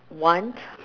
want